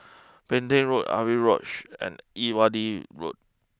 Petain Road Avery Lodge and Irrawaddy Road